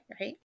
Right